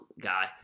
guy